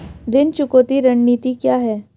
ऋण चुकौती रणनीति क्या है?